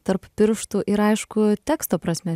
tarp pirštų ir aišku teksto prasme